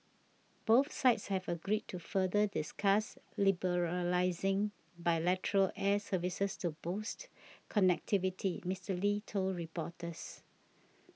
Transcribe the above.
both sides have agreed to further discuss liberalising bilateral air services to boost connectivity Mister Lee told reporters